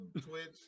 Twitch